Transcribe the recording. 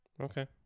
Okay